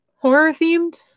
horror-themed